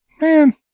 man